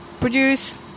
produce